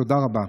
תודה רבה.